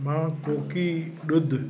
मां कोकी ॾुधु